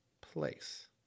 place